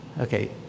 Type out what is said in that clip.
Okay